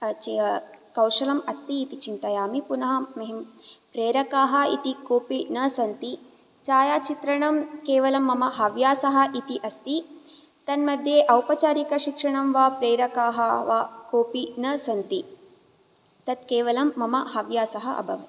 कौशलम् अस्ति इति चिन्तयामि पुनः मह्यं प्रेरकाः इति कोपि न सन्ति छायाचित्रणं केवलं मम हव्यासः इति अस्ति तन्मध्ये औपचारिक शिक्षणं वा प्रेरकाः वा कोपि न सन्ति तत् केवलं मम हव्यासः अभवत्